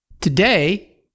Today